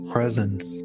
Presence